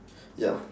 ya